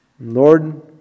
Lord